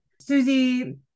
Susie